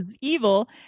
Evil